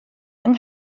yng